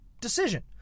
decision